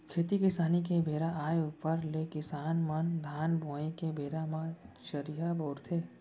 खेती किसानी के बेरा आय ऊपर ले किसान मन धान बोवई के बेरा म चरिहा बउरथे